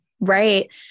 Right